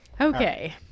Okay